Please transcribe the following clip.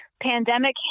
pandemic